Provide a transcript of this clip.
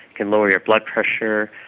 can lower your blood pressure.